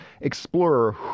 explorer